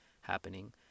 happening